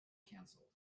cancelled